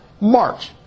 march